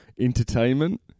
Entertainment